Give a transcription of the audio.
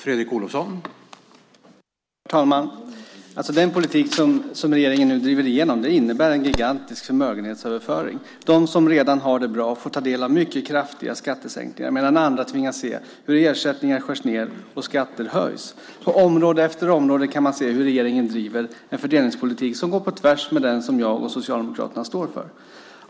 Herr talman! Den politik som regeringen nu driver igenom innebär en gigantisk förmögenhetsöverföring. De som redan har det bra får ta del av mycket kraftiga skattesänkningar, medan andra tvingas se hur ersättningar skärs ned och skatter höjs. På område efter område kan man se hur regeringen driver en fördelningspolitik som går på tvärs med den som jag och Socialdemokraterna står för.